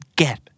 get